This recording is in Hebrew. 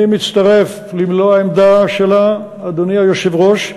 אני מצטרף למלוא העמדה שלה, אדוני היושב-ראש.